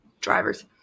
drivers